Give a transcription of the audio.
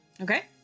Okay